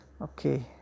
okay